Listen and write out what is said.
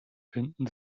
finden